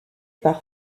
par